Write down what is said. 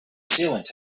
sealant